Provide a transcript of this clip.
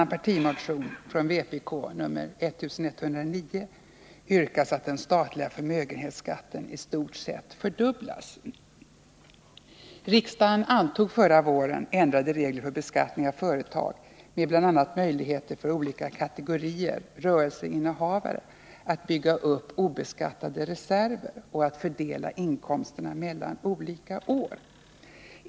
Riksdagen antog förra våren ändrade regler för beskattning av företag med bl.a. möjligheter för olika kategorier rörelseinnehavare att bygga upp | obeskattade reserver och att fördela inkomsterna mellan olika år.